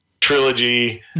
trilogy